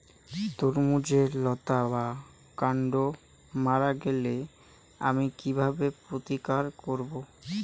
তরমুজের লতা বা কান্ড মারা গেলে আমি কীভাবে প্রতিকার করব?